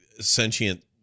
sentient